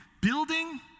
Building